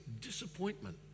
Disappointment